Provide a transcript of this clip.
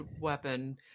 weapon